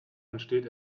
entsteht